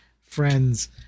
friends